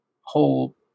whole